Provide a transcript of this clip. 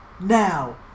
now